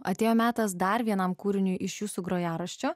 atėjo metas dar vienam kūriniui iš jūsų grojaraščio